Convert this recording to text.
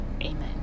Amen